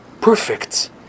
perfect